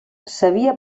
sabia